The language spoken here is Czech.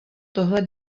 tohle